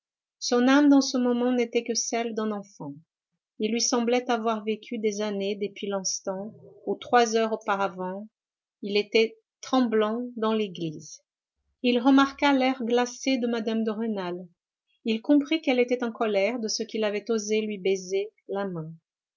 son âme dans ce moment n'était que celle d'un enfant il lui semblait avoir vécu des années depuis l'instant où trois heures auparavant il était tremblant dans l'église il remarqua l'air glacé de mme de rênal il comprit qu'elle était en colère de ce qu'il avait osé lui baiser la main